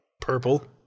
Purple